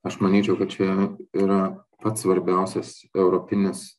aš manyčiau kad čia yra pats svarbiausias europinis